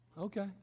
Okay